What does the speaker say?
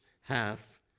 half